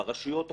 ברשויות השונות,